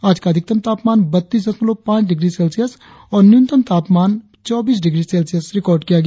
आज का अधिकतम तापमान बत्तीस दशमलव पाच डिग्री सेल्सियस और न्यूनतम तापमान चौबीस डिग्री सेल्सियस रिकार्ड किया गया